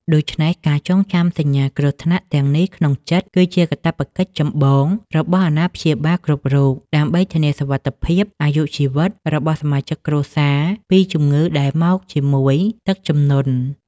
ដូច្នេះការចងចាំសញ្ញាគ្រោះថ្នាក់ទាំងនេះក្នុងចិត្ត គឺជាកាតព្វកិច្ចចម្បងរបស់អាណាព្យាបាលគ្រប់រូប ដើម្បីធានាសុវត្ថិភាពអាយុជីវិតរបស់សមាជិកគ្រួសារពីជំងឺដែលមកជាមួយទឹកជំនន់។